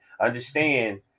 understand